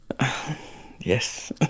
Yes